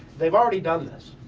they've already done this,